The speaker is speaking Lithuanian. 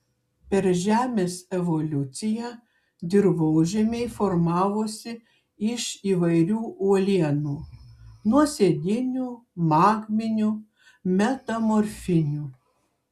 per žemės evoliuciją dirvožemiai formavosi iš įvairių uolienų nuosėdinių magminių metamorfinių